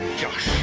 josh.